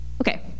Okay